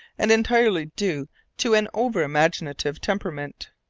and entirely due to an over-imaginative temperament.